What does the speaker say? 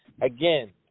again